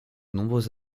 nombreux